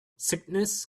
sickness